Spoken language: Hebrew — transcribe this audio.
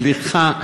סליחה,